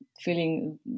feeling